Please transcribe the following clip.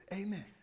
amen